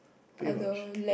pretty much